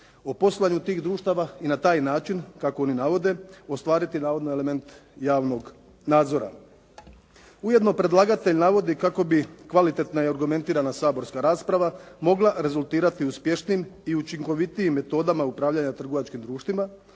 o postojanju tih društava i na taj način kako oni navode, ostvariti navodno element javnog nadzora. Ujedno predlagatelj navodi kako bi kvalitetna i argumentirana saborska rasprava mogla rezultirati uspješnijim i učinkovitijim metodama upravljanja trgovačkim društvima